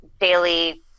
daily